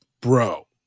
bro